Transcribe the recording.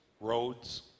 roads